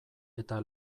eta